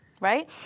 right